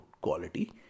quality